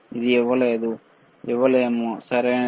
ఇది ఇవ్వలేము సరియైనది